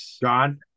John